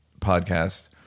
podcast